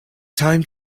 time